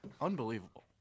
Unbelievable